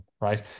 right